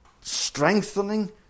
strengthening